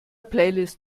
playlist